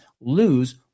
lose